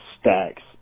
stacks